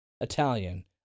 Italian